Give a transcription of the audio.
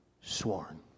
sworn